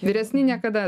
vyresni niekada